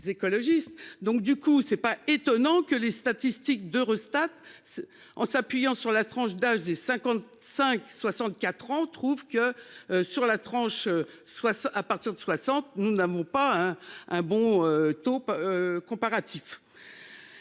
Donc du coup c'est pas étonnant que les statistiques d'Eurostat. En s'appuyant sur la tranche d'âge des 55 64 ans trouve que sur la tranche, soit à partir de 60, nous n'avons pas hein. Un bon top. Comparatif.